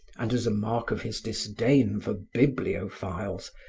and as a mark of his disdain for bibliophiles,